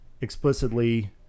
explicitly